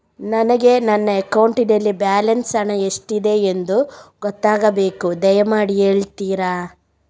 ನನಗೆ ನನ್ನ ಅಕೌಂಟಲ್ಲಿ ಬ್ಯಾಲೆನ್ಸ್ ಹಣ ಎಷ್ಟಿದೆ ಎಂದು ಗೊತ್ತಾಗಬೇಕು, ದಯಮಾಡಿ ಹೇಳ್ತಿರಾ?